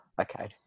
Okay